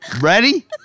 Ready